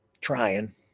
trying